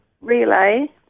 Relay